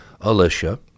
Alicia